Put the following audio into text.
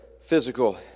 physical